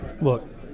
Look